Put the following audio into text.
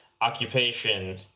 occupation